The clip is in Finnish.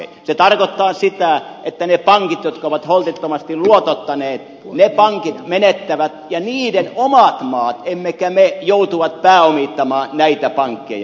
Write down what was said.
se tarkoittaa sitä että ne pankit jotka ovat holtittomasti luotottaneet menettävät ja niiden omat maat emmekä me joutuvat pääomittamaan näitä pankkeja